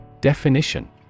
Definition